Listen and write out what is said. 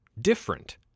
different